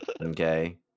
Okay